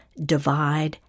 divide